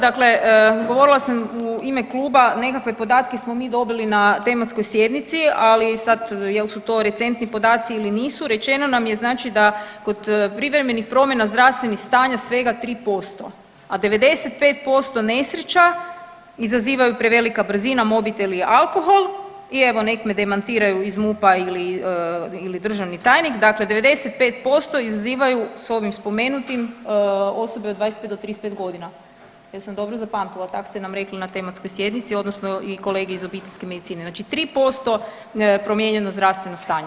Dakle, govorila sam u ime kluba, nekakve podatke smo mi dobili na tematskoj sjednici, ali sad jel su to recentni podaci ili nisu, rečeno nam je znači da kod privremenih promjena zdravstvenih stanja svega 3%, a 95% nesreća izazivaju prevelika brzina, mobitel i alkohol i evo nek me demantiraju iz MUP-a ili, ili državni tajnik, dakle 95% izazivaju s ovim spomenutim osobe od 25 do 35.g., jesam dobro zapamtila, tak ste nam rekli na tematskoj sjednici odnosno i kolege iz obiteljske medicine, znači 3% promijenjeno zdravstveno stanje.